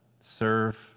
serve